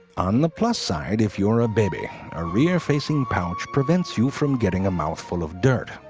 on the plus side if you're a baby, a rear-facing pouch prevents you from getting a mouth full of dirt.